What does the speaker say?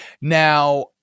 Now